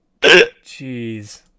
Jeez